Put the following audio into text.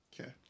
Okay